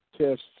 test